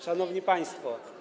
Szanowni państwo.